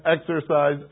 exercise